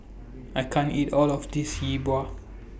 I can't eat All of This Yi Bua